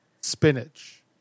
spinach